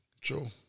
True